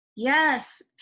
Yes